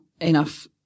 enough